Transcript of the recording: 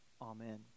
Amen